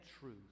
truth